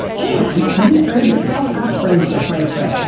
and you've earned yourself a friendship bracelet!